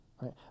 right